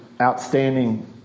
outstanding